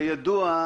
כידוע,